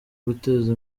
guteza